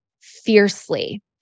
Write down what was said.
fiercely